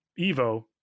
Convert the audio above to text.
Evo